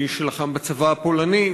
מי שלחם בצבא הפולני,